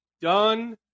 done